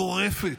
גורפת,